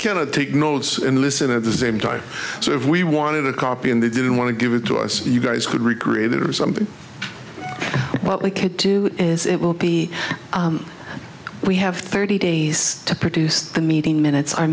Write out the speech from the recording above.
to take notes and listen at the same time so if we wanted a copy and they didn't want to give it to us you guys could recreate it or something what we can do is it will be we have thirty days to produce the meeting minutes